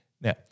Now